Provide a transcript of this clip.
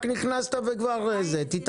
אם אתם מכירים את לוח הזמנים אז לא צריך אותי.